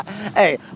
Hey